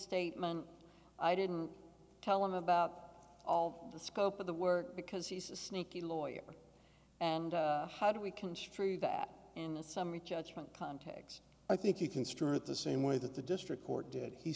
statement i didn't tell him about all of the scope of the work because he's a sneaky lawyer and how do we construe that in the summary judgment context i think you can stare at the same way that the district court did he